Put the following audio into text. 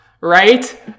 Right